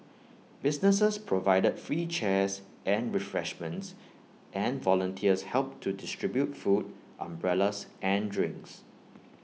businesses provided free chairs and refreshments and volunteers helped to distribute food umbrellas and drinks